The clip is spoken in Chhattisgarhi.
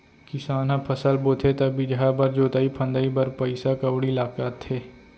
किसान ह फसल बोथे त बीजहा बर, जोतई फंदई बर पइसा कउड़ी लगाथे